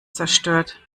zerstört